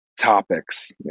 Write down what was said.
topics